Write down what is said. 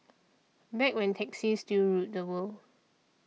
back when taxis still ruled the world